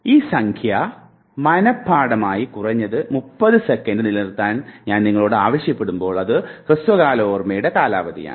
ഈ സംഖ്യ മനഃപാഠമാക്കി കുറഞ്ഞത് 30 സെക്കൻഡ് നിലനിർത്താൻ ഞാൻ നിങ്ങളോട് ആവശ്യപ്പെടുമ്പോൾ അത് ഹ്രസ്വകാല ഓർമ്മയുടെ കാലാവധിയാണ്